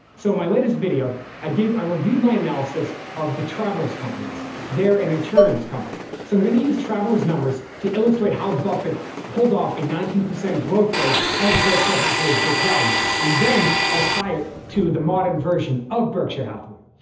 so my latest video i did. i reviewed my analysis of the travelers companies. they're an insurance company so i'm going to use traveler's numbers to illustrate how buffett pulled off a nineteen percent growth rate of berkshire hathaway's book value and then i'll tie it to the modern version of berkshire hathaway.